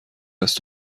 است